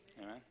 Amen